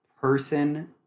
person